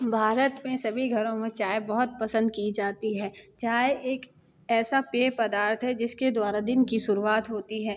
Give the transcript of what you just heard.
भारत में सभी घरों में चाय बहुत पसंद की जाती है चाय एक ऐसा पेय पदार्थ है जिसके द्वारा दिन की शुरुवात होती है